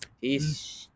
Peace